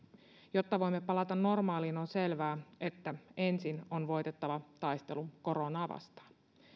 jotta voimme palata normaaliin on selvää että ensin on voitettava taistelu koronaa vastaan